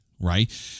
right